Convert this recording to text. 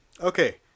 Okay